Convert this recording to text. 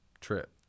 trip